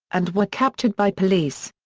and were captured by police.